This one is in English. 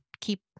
keep